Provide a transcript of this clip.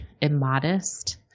immodest